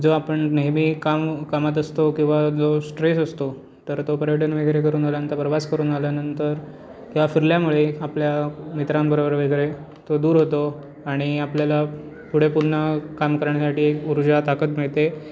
जो आपण नेहमी काम कामात असतो किंवा जो स्ट्रेस असतो तर तो पर्यटन वगैरे करून आला नंतर प्रवास करून आल्यानंतर किंवा फिरल्यामुळे आपल्या मित्रांबरोबर वगैरे तो दूर होतो आणि आपल्याला पुढे पुन्हा काम करण्यासाठी एक उर्जा ताकद मिळते